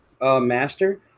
master